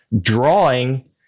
drawing